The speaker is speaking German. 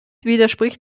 widerspricht